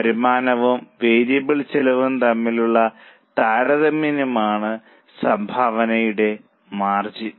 വരുമാനവും വേരിയബിൾ ചെലവും തമ്മിലുള്ള താരതമ്യമാണ് സംഭാവനയുടെ മാർജിൻ